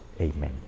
Amen